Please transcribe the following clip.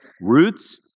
roots